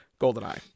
Goldeneye